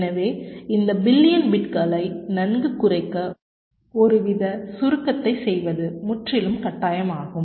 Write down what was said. எனவே இந்த பில்லியன் பிட்களை நன்கு குறைக்க ஒருவித சுருக்கத்தை செய்வது முற்றிலும் கட்டாயமாகும்